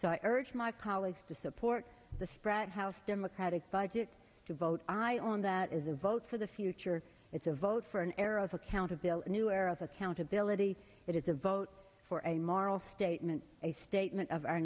i urge my colleagues to support the spread house democratic budget to vote on that is a vote for the future it's a vote for an era of accountability new era of accountability it is a vote for a moral statement a statement of our